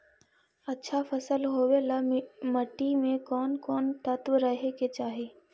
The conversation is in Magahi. अच्छा फसल होबे ल मट्टी में कोन कोन तत्त्व रहे के चाही?